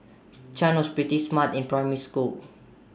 chan was pretty smart in primary school